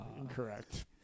Incorrect